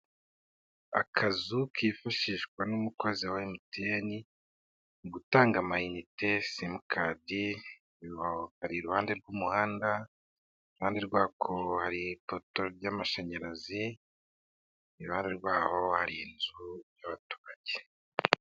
Akazu kifashishwa n'umukozi wa MTN, mu gutanga amayinite, simukadi, kari iruhande rw'umuhanda, iruhande hari ipoto ry'amashanyarazi, iruhande rwaho hari inzu y'abaturage.